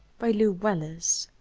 by lew wallace